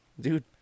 Dude